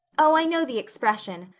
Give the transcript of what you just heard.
oh, i know the expression.